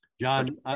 John